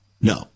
No